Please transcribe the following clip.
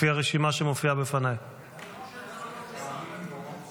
לפי הרשימה שבפניי אתה,